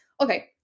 okay